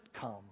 come